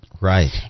right